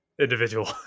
individual